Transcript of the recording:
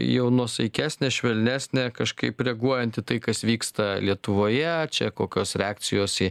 jau nuosaikesnė švelnesnė kažkaip reaguojant į tai kas vyksta lietuvoje čia kokios reakcijos į